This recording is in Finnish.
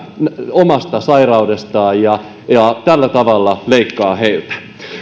omasta sairaudestaan ja tällä tavalla leikkaa heiltä